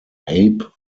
abe